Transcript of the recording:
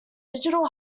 digital